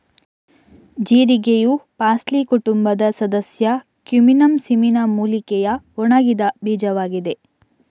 ಜೀರಿಗೆಯು parsley ಕುಟುಂಬದ ಸದಸ್ಯ cuminum cyminum ಮೂಲಿಕೆಯ ಒಣಗಿದ ಬೀಜವಾಗಿದೆ